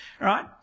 right